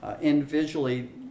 individually